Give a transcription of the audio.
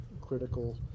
critical